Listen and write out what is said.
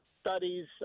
studies